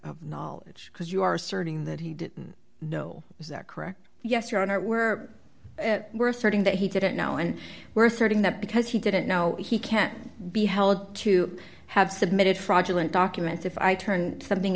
of knowledge because you are asserting that he didn't know is that correct yes your honor where we're asserting that he didn't know and were asserting that because he didn't know he can be held to have submitted fraudulent documents if i turned something